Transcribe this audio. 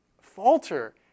falter